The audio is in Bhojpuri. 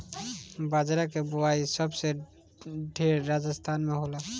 बजरा के बोआई सबसे ढेर राजस्थान में होला